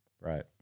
Right